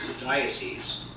diocese